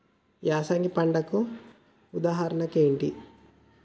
యాసంగి పంటలకు ఉదాహరణ ఏంటి?